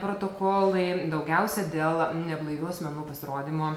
protokolai daugiausia dėl neblaivių asmenų pasirodymo